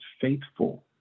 faithful